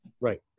Right